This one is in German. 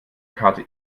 karte